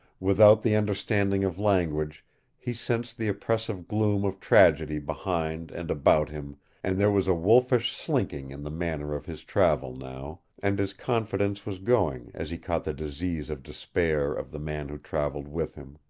without the understanding of language he sensed the oppressive gloom of tragedy behind and about him and there was a wolfish slinking in the manner of his travel now, and his confidence was going as he caught the disease of despair of the man who traveled with him.